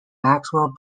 maxwell